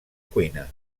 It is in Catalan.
cuina